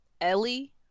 Ellie